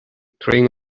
throwing